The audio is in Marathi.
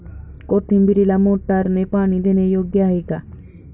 कोथिंबीरीला मोटारने पाणी देणे योग्य आहे का?